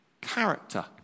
character